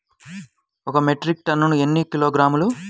ఒక మెట్రిక్ టన్నుకు ఎన్ని కిలోగ్రాములు?